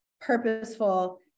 purposeful